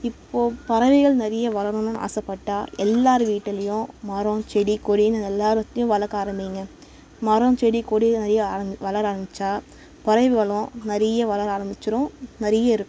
இப்போது பறவைகள் நிறைய வளரணும்னு ஆசைப்பட்டா எல்லார் வீட்டிலையும் மரம் செடி கொடின்னு எல்லாத்தையும் வளர்க்க ஆரம்பிங்க மரம் செடி கொடி நிறைய ஆரமி வளர ஆரம்பித்தா பறவைகளும் நிறைய வளர ஆரம்பிச்சிடும் நிறைய இருக்கும்